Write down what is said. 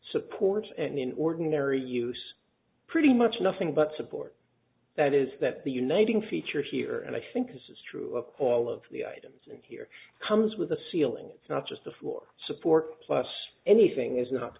supports and in ordinary use pretty much nothing but support that is that the uniting feature here and i think this is true of all of the items and here comes with a ceiling it's not just the floor support plus anything it's got